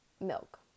milk